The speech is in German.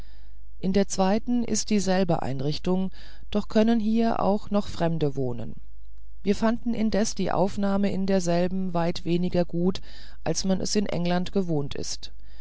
in der zweiten ist dieselbe einrichtung doch können hier auch noch fremde wohnen wir fanden indessen die aufnahme in derselben weit weniger gut als man es in england gewohnt ist